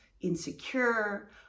insecure